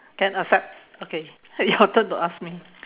can accept okay your turn to ask me